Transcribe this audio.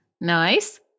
Nice